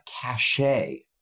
cachet